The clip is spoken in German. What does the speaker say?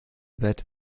bett